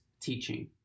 teaching